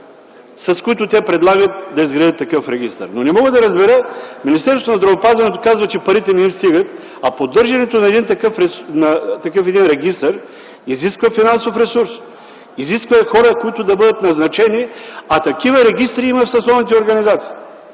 с които те предлагат да изградят такъв регистър. Не мога да разбера – Министерството на здравеопазването казва, че парите не им стигат, а поддържането на един такъв регистър изисква финансов ресурс, изисква хора, които да бъдат назначени, а такива регистри има в съсловните организации.